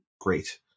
Great